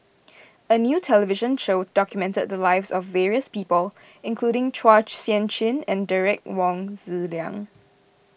a new television show documented the lives of various people including Chua Sian Chin and Derek Wong Zi Liang